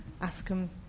African